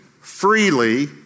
freely